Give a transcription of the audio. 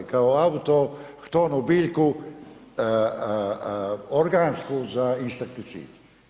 Kao autohtonu biljku organsku za insekticid.